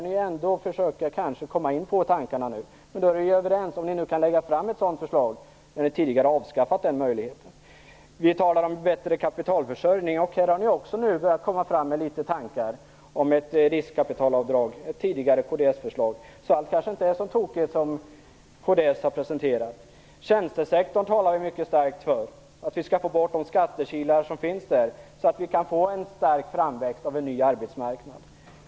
Ni har börjat komma in på den tanken. Men om ni kan lägga fram ett sådant förslag så är vi överens, trots att ni tidigare har avskaffat den möjligheten. Vi talar om bättre kapitalförsörjning. Okej, där har ni också börjat komma fram med tankar om ett riskkapitalavdrag. Det har tidigare varit ett kds-förslag. Det som kds har presenterat kanske inte är så tokigt. Vi talar starkt för att de skattekilar som finns inom tjänstesektorn skall tas bort. Då kan det bli en stark framväxt av en ny arbetsmarknad.